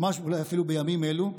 ממש, אולי אפילו בימים אלו,